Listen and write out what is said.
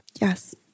yes